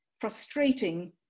frustrating